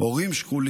הורים שכולים,